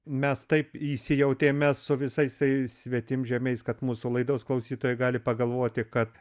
mes taip įsijautėme su visais svetimžemiais kad mūsų laidos klausytojai gali pagalvoti kad